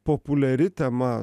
populiari tema